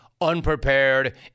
unprepared